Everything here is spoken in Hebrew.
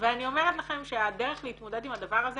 ואני אומרת לכם שהדרך להתמודד עם הדבר הזה